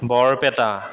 Barpeta